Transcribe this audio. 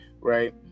right